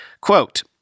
Quote